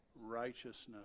righteousness